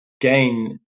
gain